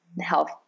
health